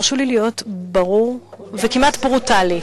הרשו לי להיות ברור וכמעט ברוטלי,